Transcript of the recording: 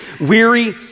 weary